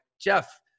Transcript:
Jeff